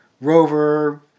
rover